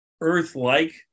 Earth-like